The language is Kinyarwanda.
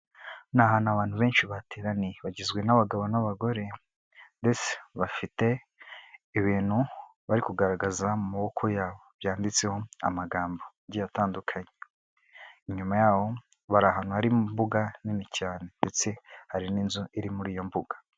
Nahantu abantu benshi bateraniye bagizwe n'abagabo, n'abagore ndetse bafite ibintu bari kugaragaza mu maboko yabo byanditseho amagambo atandukanye, inyuma yabo barahantu hari imbuga nini cyane ndetse hari n'inzu iri muri iyo mbuga.